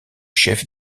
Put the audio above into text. chef